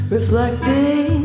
Reflecting